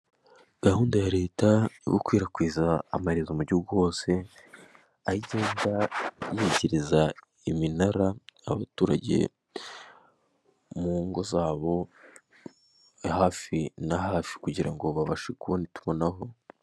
Gahunda ya leta yo gukwirakwiza amaherezo mu gihugu hose, aho agenda yegereza iminara abaturage mu ngo zabo hafi na hafi kugira ngo babashe kubona itumanaho.